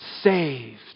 saved